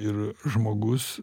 ir žmogus